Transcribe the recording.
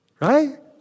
right